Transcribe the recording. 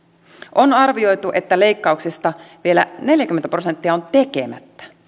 on arvioitu että leikkauksista vielä neljäkymmentä prosenttia on tekemättä